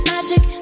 Magic